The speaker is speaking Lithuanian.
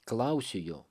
klausiu jo